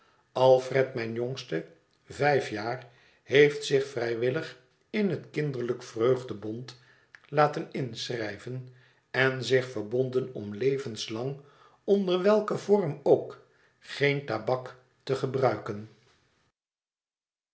alfred mijn jongste vijf jaar heeft zich vrijwillig in het kinder hjk vreugdebond laten inschrijven en zich verbonden om levenslang onder welken vorm ook geen tabak te gebruiken